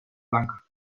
blanca